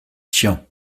tian